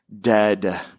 dead